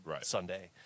Sunday